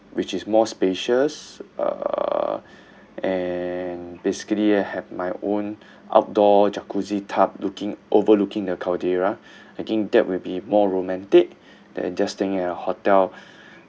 which is more spacious uh and basically I have my own outdoor jacuzzi tub looking overlooking the caldera I think that will be more romantic than just staying at a hotel